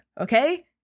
okay